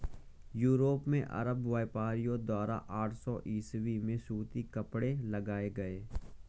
Europe में अरब व्यापारियों द्वारा आठ सौ ईसवी में सूती कपड़े लाए गए